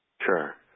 Sure